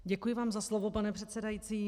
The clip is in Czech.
Děkuji vám za slovo, pane předsedající.